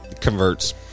converts